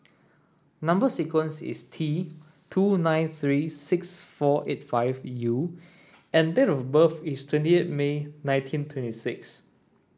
number sequence is T two nine three six four eight five U and date of birth is twenty eight May nineteen twenty six